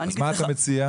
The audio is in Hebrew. מה אתה מציע?